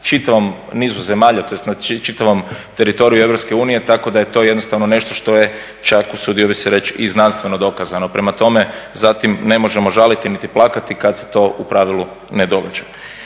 čitavom nizu zemalja tj. na čitavom teritoriju EU, tako da je to jednostavno nešto što je čak usudio bih se reći i znanstveno dokazano. Prema tome, za tim ne možemo žaliti niti plakati kad se to u pravilu ne događa.